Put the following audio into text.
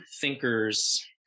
thinkers